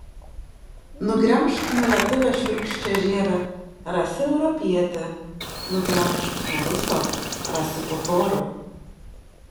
nugremžk nuo lietuvio šiurkščią žievę rasi europietį nugremžk nuo ruso rasi totorių